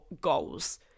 goals